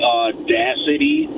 audacity